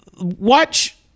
Watch